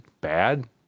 bad